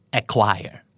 acquire